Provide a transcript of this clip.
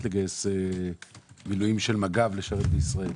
לגייס מילואים של מג"ב למשטרת ישראל.